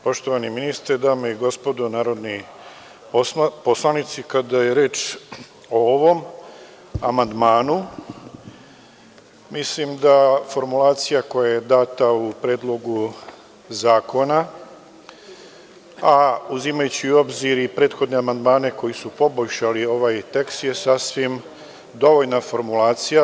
Poštovani ministre, dame i gospodo narodni poslanici, kada je reč o ovom amandmanu, mislim da je formulacija koja je data u Predlogu zakona, a uzimajući u obzir i prethodne amandmane koji su poboljšali ovaj tekst, sasvim dovoljna formulacija.